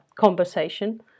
conversation